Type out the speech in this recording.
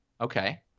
Okay